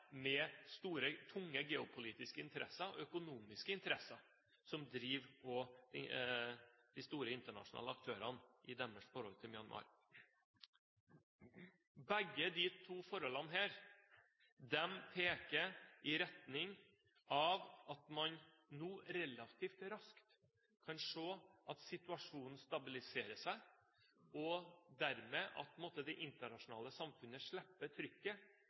med store, tunge geopolitiske interesser og økonomiske interesser, som driver de store internasjonale aktørene i deres forhold til Myanmar. Begge disse to forholdene peker i retning av at man nå relativt raskt kan se at situasjonen stabiliserer seg, og dermed må det internasjonale samfunnet slippe trykket